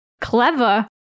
Clever